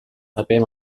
paper